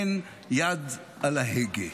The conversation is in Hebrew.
אין יד על ההגה.